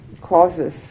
causes